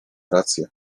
rację